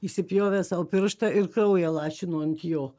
įsipjovė sau pirštą ir kraują lašino ant jo